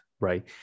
right